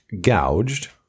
gouged